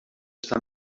està